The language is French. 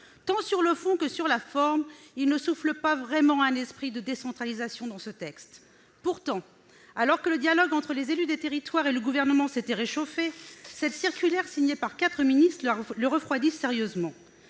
Tant sur le fond que sur la forme, il ne souffle pas vraiment un esprit de décentralisation dans ce texte. Alors que le dialogue entre les élus des territoires et le Gouvernement s'était réchauffé, cette circulaire signée par quatre ministres le refroidit sérieusement.